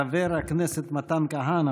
חבר הכנסת מתן כהנא,